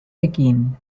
pekín